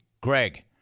Greg